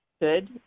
good